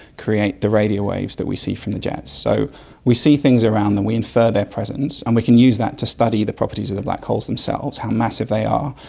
creates the radio waves that we see from the jets. so we see things around them, we infer their presence and we can use that to study the properties of the black holes themselves, how massive they are,